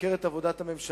לבקר את עבודת הממשלה,